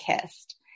Kissed